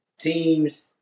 teams